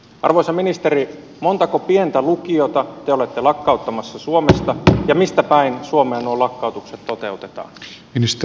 arvoisa ministeri montako pientä lukiota te olette lakkauttamassa suomesta ja missä päin suomea nuo lakkautukset toteutetaan